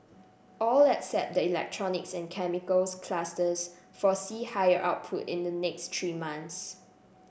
all except the electronics and chemicals clusters foresee higher output in the next three months